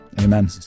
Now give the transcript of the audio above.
amen